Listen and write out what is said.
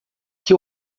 que